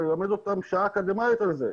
שעה אקדמית על זה.